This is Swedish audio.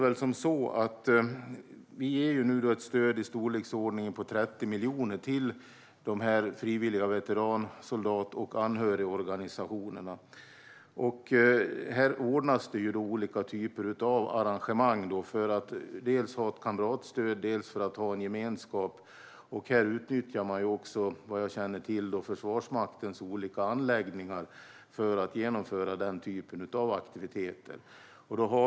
Vi ger nu ett stöd på 30 miljoner till de frivilliga veteran, soldat och anhörigorganisationerna. De ordnar olika engagemang för att ge kamratstöd och gemenskap och utnyttjar Försvarsmaktens olika anläggningar för att genomföra dessa aktiviteter.